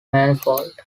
manifold